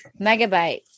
Megabytes